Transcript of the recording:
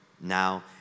now